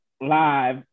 live